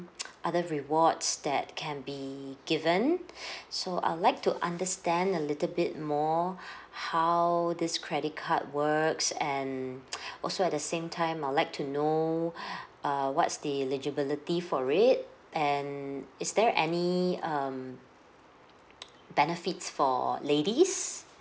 other rewards that can be given so I'll like to understand a little bit more how this credit card works and also at the same time I'll like to know uh what's the eligibility for it and is there any um benefits for ladies